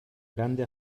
grande